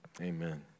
Amen